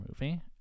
movie